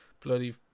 bloody